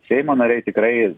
seimo nariai tikrai